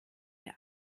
der